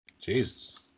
Jesus